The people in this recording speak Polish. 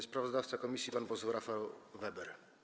Sprawozdawca komisji pan poseł Rafał Weber.